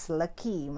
lucky